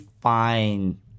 fine